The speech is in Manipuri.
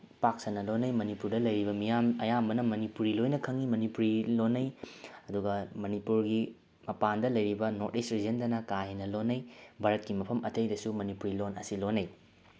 ꯄꯥꯛꯁꯟꯅ ꯂꯣꯟꯅꯩ ꯃꯅꯤꯄꯨꯔꯗ ꯂꯩꯔꯤꯕ ꯃꯤꯌꯥꯝ ꯑꯌꯥꯝꯕꯅ ꯃꯅꯤꯄꯨꯔꯤ ꯂꯣꯏꯅ ꯈꯪꯉꯤ ꯃꯅꯤꯄꯨꯔꯤ ꯂꯣꯟꯅꯩ ꯑꯗꯨꯒ ꯃꯅꯤꯄꯨꯔꯒꯤ ꯃꯄꯥꯟꯗ ꯂꯩꯔꯤꯕ ꯅꯣꯔꯠ ꯏꯁ ꯔꯤꯖꯟꯗꯅ ꯀꯥ ꯍꯦꯟꯅ ꯂꯣꯟꯅꯩ ꯚꯥꯔꯠꯀꯤ ꯃꯐꯝ ꯑꯇꯩꯗꯁꯨ ꯃꯅꯤꯄꯨꯔꯤ ꯂꯣꯟ ꯑꯁꯤ ꯂꯣꯟꯅꯩ